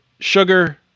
Sugar